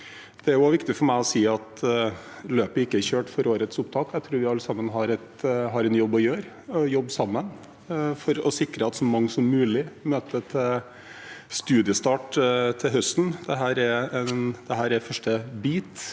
Det er også viktig for meg å si at løpet ikke er kjørt for årets opptak. Jeg tror vi alle har en jobb å gjøre: å jobbe sammen for å sikre at så mange som mulig møter til studiestart til høsten. Dette er første bit